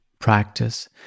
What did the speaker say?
practice